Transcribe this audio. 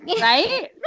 Right